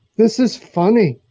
this is funny.